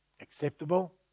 acceptable